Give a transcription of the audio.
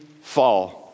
fall